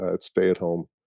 stay-at-home